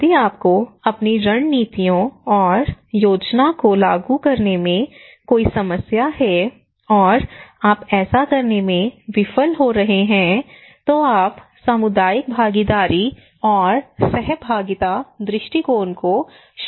यदि आपको अपनी रणनीतियों और योजना को लागू करने में कोई समस्या है और आप ऐसा करने में विफल हो रहे हैं तो आप सामुदायिक भागीदारी और सहभागिता दृष्टिकोण को शामिल कर सकते हैं